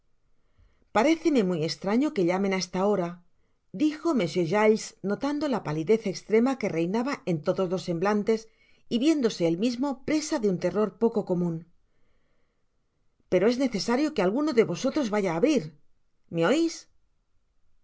parócemc muy estraño que llamen á esta hora dijo monsieur giles notando la palidez es rema que reinaba en todos los semblantes y viéndose él mismo presa de un terror poco comun pero es necesario que alguno de vosotros vaya á abrir me ois asi